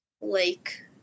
Lake